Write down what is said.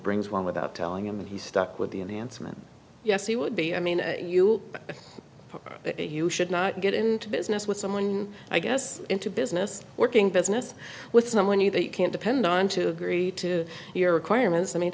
brings one without telling him he's stuck with the enhancement yes he would be i mean you you should not get into business with someone i guess into business working business with someone you that you can't depend on to agree to your requirements i mean